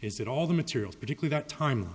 that all the material particular that time